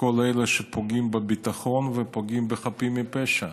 כל אלה שפוגעים בביטחון ופוגעים בחפים מפשע.